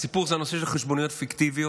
הסיפור של הנושא של חשבוניות פיקטיביות,